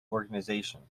organization